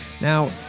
now